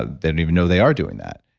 they don't even know they are doing that.